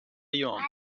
يوم